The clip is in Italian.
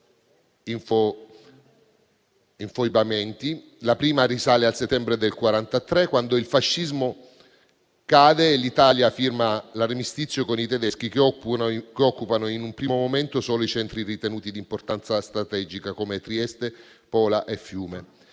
La prima risale al settembre del 1943, quando il fascismo cade e l'Italia firma l'armistizio con i tedeschi che occupano in un primo momento solo i centri ritenuti d'importanza strategica, come Trieste, Pola e Fiume;